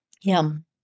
Yum